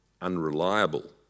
unreliable